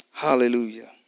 Hallelujah